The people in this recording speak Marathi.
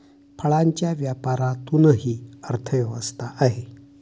फळांच्या व्यापारातूनही अर्थव्यवस्था आहे